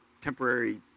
temporary